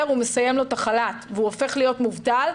הוא מסיים לו את החל"ת והוא הופך להיות מובטל.